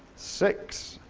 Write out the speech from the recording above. six,